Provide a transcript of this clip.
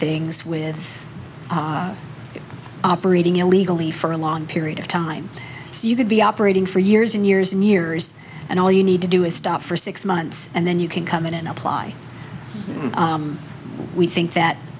things with operating illegally for a long period of time so you could be operating for years and years and years and all you need to do is stop for six months and then you can come in and apply we think that